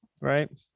right